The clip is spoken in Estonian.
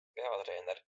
peatreener